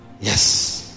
yes